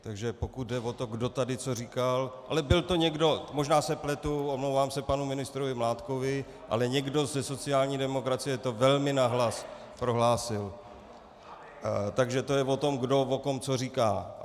Takže pokud jde o to, kdo tady co říkal ale byl to někdo, možná se pletu, omlouvám se panu ministrovi Mládkovi, ale někdo ze sociální demokracie to velmi nahlas prohlásil, takže to je o tom, kdo o kom co říká.